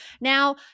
Now